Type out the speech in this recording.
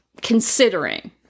considering